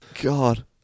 God